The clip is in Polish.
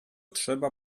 trzeba